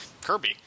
Kirby